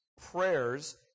prayers